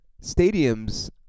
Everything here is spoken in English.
Stadium's